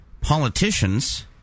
politicians